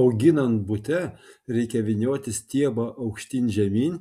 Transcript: auginant bute reikia vynioti stiebą aukštyn žemyn